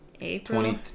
april